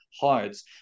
hearts